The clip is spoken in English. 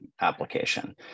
application